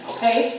Okay